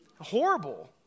Horrible